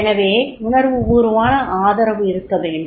எனவே உணர்வுபூர்வமான ஆதரவு இருக்க வேண்டும்